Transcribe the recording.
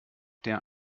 der